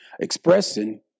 expressing